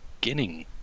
beginning